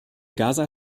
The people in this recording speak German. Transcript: gaza